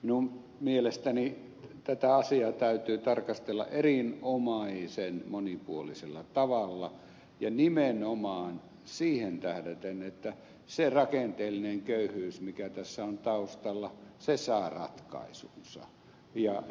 minun mielestäni tätä asiaa täytyy tarkastella erinomaisen monipuolisella tavalla ja nimenomaan siihen tähdäten että se rakenteellinen köyhyys mikä tässä on taustalla saa ratkaisunsa